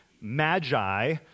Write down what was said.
magi